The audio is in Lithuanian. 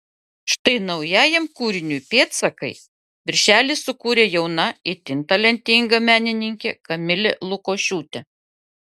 štai naujajam kūriniui pėdsakai viršelį sukūrė jauna itin talentinga menininkė kamilė lukošiūtė